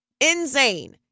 Insane